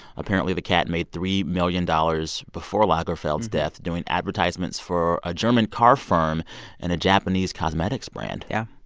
apparently, the cat made three million dollars before lagerfeld's death doing advertisements for a german car firm and a japanese cosmetics brand yeah.